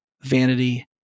vanity